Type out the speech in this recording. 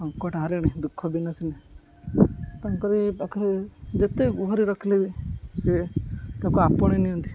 ସଙ୍କଟ ହାରିଣୀ ଦୁଃଖ ବିନାଶିନୀ ତାଙ୍କରି ପାଖରେ ଯେତେ ଗୁହାରି ରଖିଲେ ବି ସିଏ ତାକୁ ଆପଣେଇ ନିଅନ୍ତି